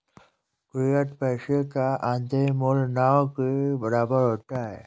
fiat पैसे का आंतरिक मूल्य न के बराबर होता है